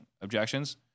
objections